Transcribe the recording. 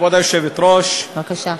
כבוד היושבת-ראש, בבקשה.